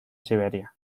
siberia